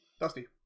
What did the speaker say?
Dusty